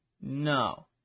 no